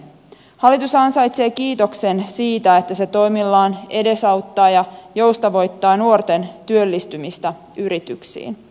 hallitus ansaitsee kiitoksen siitä että se toimillaan edesauttaa ja joustavoittaa nuorten työllistymistä yrityksiin